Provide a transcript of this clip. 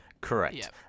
Correct